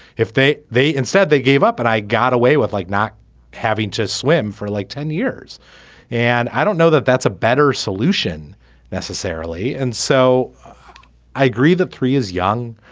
if they they instead they gave up and i got away with like not having to swim for like ten years and i don't know that that's a better solution necessarily. and so i agree that three is young.